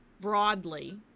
broadly